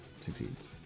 succeeds